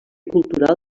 cultural